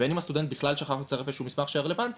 ובין אם הסטודנט בכלל שכח לצרף איזשהו מסמך שהיה רלוונטי,